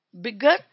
bigger